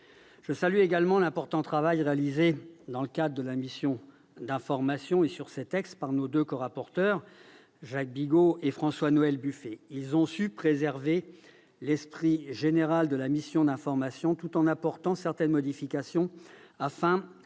Je salue également l'important travail réalisé dans le cadre de la mission d'information et sur les deux propositions de loi par les corapporteurs, Jacques Bigot et François-Noël Buffet. Ils ont su préserver l'esprit général de la mission d'information tout en apportant certaines modifications afin de